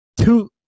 two